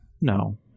No